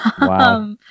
Wow